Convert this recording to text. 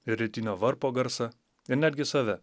ir rytinio varpo garsą ir netgi save